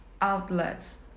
outlets